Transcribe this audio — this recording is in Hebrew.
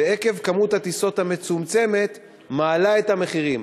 ועקב מספר הטיסות המצומצם מעלות את המחירים.